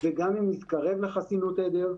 וגם אם נתקרב לחסינות עדר,